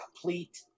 complete